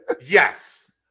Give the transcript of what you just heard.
yes